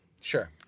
Sure